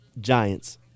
Giants